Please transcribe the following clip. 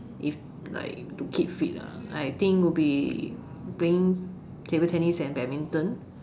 if like to keep fit lah I think would be playing table tennis and badminton